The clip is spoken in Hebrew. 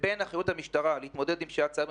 לבין אחריות המשטרה להתמודד עם פשיעת סייבר,